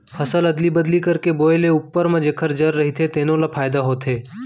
फसल अदली बदली करके बोए ले उप्पर म जेखर जर रहिथे तेनो ल फायदा होथे